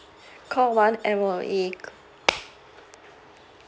call one M_O_E